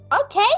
Okay